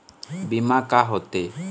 बीमा का होते?